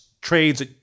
trades